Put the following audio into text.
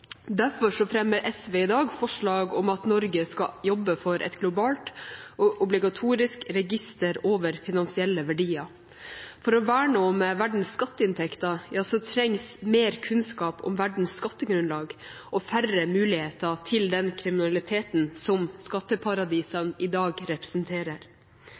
fremmer SV i dag forslag om at Norge skal jobbe for et globalt og obligatorisk register over finansielle verdier. For å verne om verdens skatteinntekter trengs mer kunnskap om verdens skattegrunnlag og færre muligheter til den kriminaliteten som skatteparadisene i dag representerer.